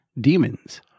demons